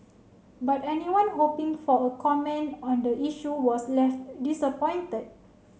but anyone hoping for a comment on the issue was left disappointed